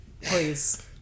please